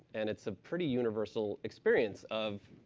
and it's a pretty universal experience of,